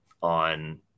on